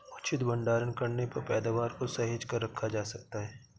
उचित भंडारण करने पर पैदावार को सहेज कर रखा जा सकता है